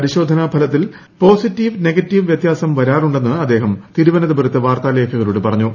പരിശോധനാ ഫലത്തിൽ positive negative വ്യത്യാസം വരാറുണ്ടെന്ന് അദ്ദേഹം തിരുവന്തപുരത്ത് ് വാർത്താലേഖകരോട് പറഞ്ഞു